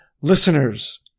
listeners